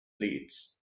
leeds